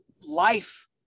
life